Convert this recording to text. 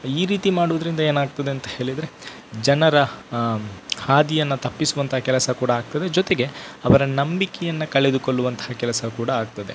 ಈ ರೀತಿ ಮಾಡುವುದ್ರಿಂದ ಏನಾಗ್ತದೆ ಅಂತ ಹೇಳಿದ್ರೆ ಜನರ ಹಾದಿಯನ್ನು ತಪ್ಪಿಸುವಂತಹ ಕೆಲಸ ಕೂಡ ಆಗ್ತದೆ ಜೊತೆಗೆ ಅವರ ನಂಬಿಕೆಯನ್ನು ಕಳೆದುಕೊಳ್ಳುವಂತ ಕೆಲಸ ಕೂಡ ಆಗ್ತದೆ